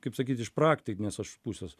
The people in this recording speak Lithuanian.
kaip sakyt iš praktinės pusės